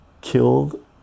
killed